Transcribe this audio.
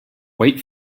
wait